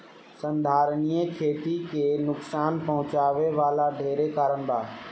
संधारनीय खेती के नुकसान पहुँचावे वाला ढेरे कारण बा